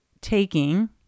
taking